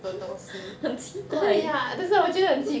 很奇怪